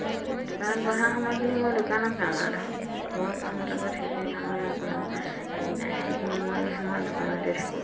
তাৰপিছত দোকানত বঢ়া সময়খিনি মই দোকানৰ কাম আৰু ধৰক ঘৰৰ কামৰ লগত সেইখিনি সময় মই কোনো হেৰি নাই সেইখিনি মই মই দোকানতে থাকোঁ